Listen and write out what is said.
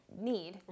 need